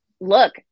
look